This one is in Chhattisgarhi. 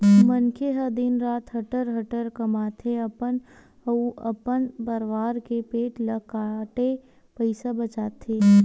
मनखे ह दिन रात हटर हटर कमाथे, अपन अउ अपन परवार के पेट ल काटके पइसा बचाथे